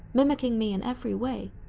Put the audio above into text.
mimicking me in every way,